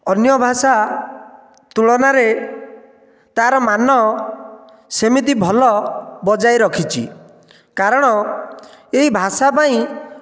ଅନ୍ୟ ଭାଷା ତୁଳନାରେ ତା'ର ମାନ ସେମିତି ଭଲ ବଜାଇ ରଖିଛି କାରଣ ଏହି ଭାଷା ପାଇଁ